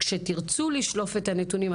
שכשתירצו לשלוף את הנתונים,